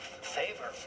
Favor